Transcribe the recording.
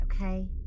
okay